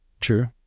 True